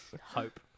Hope